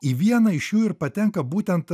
į vieną iš jų ir patenka būtent